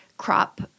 crop